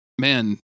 Man